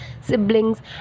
siblings